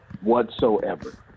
whatsoever